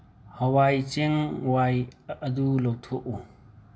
ꯍꯋꯥꯏ ꯆꯦꯡ ꯋꯥꯏ ꯑꯗꯨ ꯂꯧꯊꯣꯛꯎ